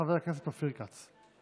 חבר הכנסת אופיר כץ.